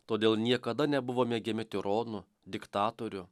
todėl niekada nebuvo mėgiami tironų diktatorių